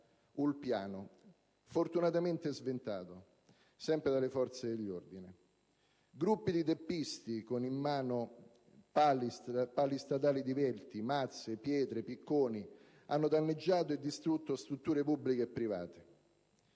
Ulpiano, fortunatamente sventato, sempre dalle forze dell'ordine. Gruppi di teppisti, con in mano pali stradali divelti, mazze, pietre, picconi, hanno danneggiato e distrutto strutture pubbliche e private.